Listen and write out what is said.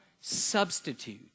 substitute